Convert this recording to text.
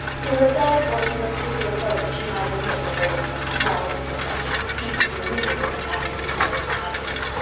to herself, or to her particular cronies, she might admit that there were some small imperfections, easily removable, in avonlea and its inhabitants.